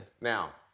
Now